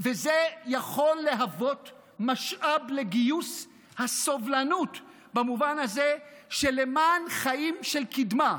וזה יכול להוות משאב לגיוס הסובלנות במובן הזה שלמען חיים של קדמה,